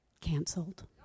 canceled